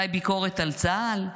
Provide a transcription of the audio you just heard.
אולי ביקורת על צה"ל?